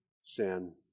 sin